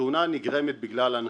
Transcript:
התאונה נגרמת בגלל אנשים.